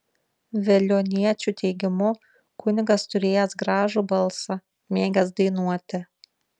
veliuoniečių teigimu kunigas turėjęs gražų balsą mėgęs dainuoti